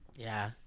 yeah,